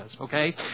Okay